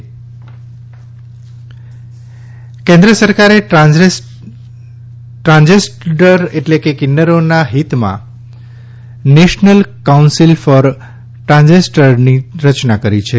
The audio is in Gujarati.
કિન્નર પરિષદ કેન્દ્ર સરકારે ટ્રાન્સજેન્ડર એટલે કે કિન્નરોના હિતમાં નેશનલ કાઉન્સિલ ફોર ટ્રાન્સજેન્ડરની રચના કરી છે